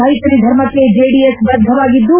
ಮೈತ್ರಿ ಧರ್ಮಕ್ಷೆ ಜೆಡಿಎಸ್ ಬದ್ದವಾಗಿದ್ದು